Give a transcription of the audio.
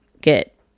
get